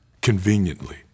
conveniently